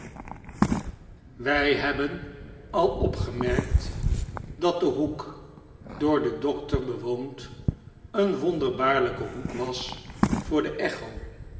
wij hebben al opgemerkt dat de hoek door den dokter bewoond een wonderbaarlpe hoek was voor de echo